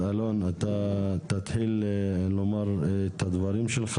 אז אלון אתה תתחיל לומר את הדברים שלך